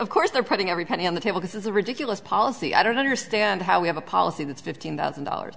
of course they're putting every penny on the table this is a ridiculous policy i don't understand how we have a policy that's fifteen thousand dollars